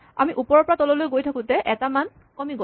আমি ওপৰৰ পৰা তললৈ গৈ থাকোতে এটা মান কমি গ'ল